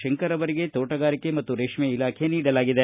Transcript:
ಶಂಕರ್ ಅವರಿಗೆ ತೋಟಗಾರಿಕೆ ಮತ್ತು ರೇಷ್ಮೆ ಇಲಾಖೆ ನೀಡಲಾಗಿದೆ